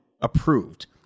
approved